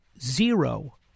zero